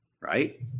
Right